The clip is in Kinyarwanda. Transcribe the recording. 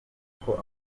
isohoka